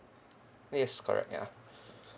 yes correct ya